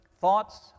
thoughts